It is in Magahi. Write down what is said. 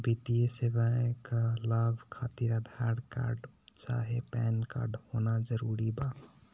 वित्तीय सेवाएं का लाभ खातिर आधार कार्ड चाहे पैन कार्ड होना जरूरी बा?